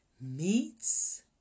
Meats